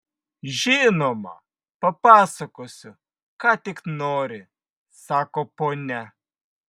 žinoma papasakosiu ką tik nori sako ponia